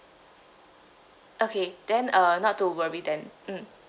okay then uh not to worry then mm